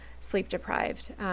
sleep-deprived